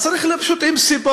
אז צריך להיות פשוט עם סיבה.